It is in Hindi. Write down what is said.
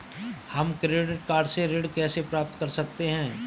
हम क्रेडिट कार्ड से ऋण कैसे प्राप्त कर सकते हैं?